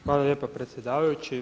Hvala lijepa predsjedavajući.